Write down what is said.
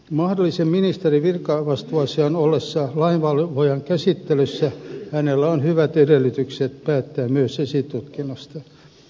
mahdollisen ministerin virkavastuuasian ollessa lainvalvojan käsittelyssä kanslerilla on hyvät edellytykset päättää myös esitutkinnasta